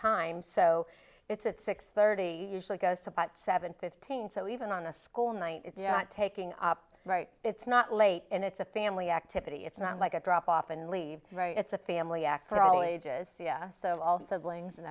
time so it's six thirty usually goes to about seven fifteen so even on a school night it's taking up right it's not late and it's a family activity it's not like a drop off and leave right it's a family act of all ages so also billings and